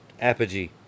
Apogee